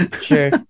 Sure